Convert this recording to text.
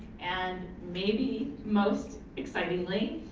and maybe most excitingly,